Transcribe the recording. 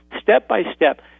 step-by-step